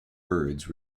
birds